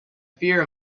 fear